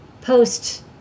post